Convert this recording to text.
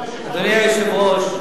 היושב-ראש,